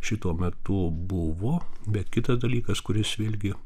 šituo metu buvo bet kitas dalykas kuris vėlgi